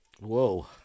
whoa